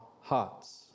hearts